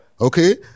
Okay